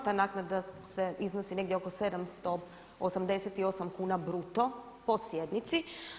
Ta naknada iznosi negdje oko 788 kuna bruto po sjednici.